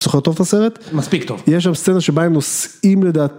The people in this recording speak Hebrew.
זוכר טוב את הסרט? מספיק טוב. יש שם סצנה שבה הם נוסעים לדעת...